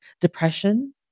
depression